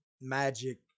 magic